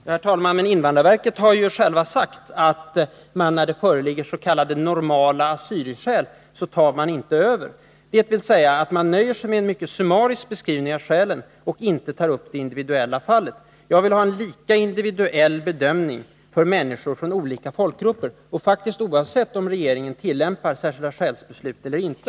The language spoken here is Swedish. Herr talman! Men invandrarverket har ju självt sagt att man när det föreligger s.k. normala assyrieskäl inte tar över, dvs. att man nöjer sig med en mycket summarisk beskrivning av skälen och inte tar upp de individuella fallen. Jag vill ha en lika individuell bedömning av människor från olika folkgrupper, oavsett om regeringen tillämpar särskilda-skäl-beslut eller inte.